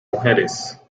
mujeres